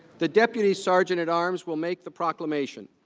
the deputy sergeant at arms will make the proclamation.